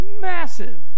massive